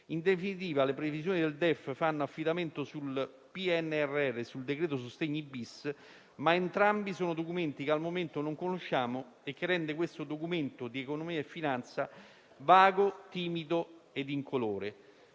In definitiva, le previsioni del DEF fanno affidamento sul PNRR e sul decreto sostegni-*bis*, ma entrambi sono documenti che al momento non conosciamo e ciò rende questo Documento di economia e finanza vago, timido e incolore.